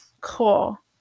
cool